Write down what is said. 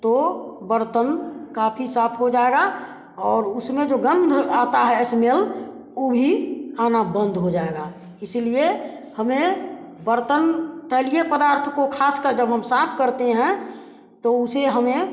तो बर्तन काफ़ी साफ़ हो जाएगा और उसमे जो गंध आता है स्मेल वह भी आना बंद हो जाएगा इसलिए हमे बर्तन तैलीय पदार्थ को खासकर जब हम साफ़ करते हैं तो उसे हमें